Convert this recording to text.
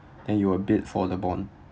and you will bid for the bond